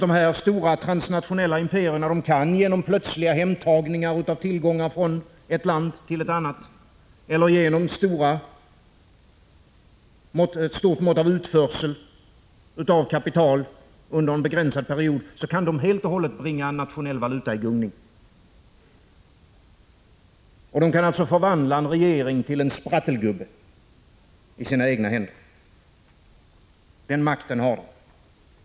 Dessa stora transnationella imperier kan nämligen genom plötsliga hemtagningar av tillgångar från ett land till ett annat eller genom ett stort mått av utförsel av kapital under en begränsad period helt och hållet bringa en nationell valuta i gungning. De kan alltså förvandla en regering till en sprattelgubbe i sina egna händer. Den makten har de.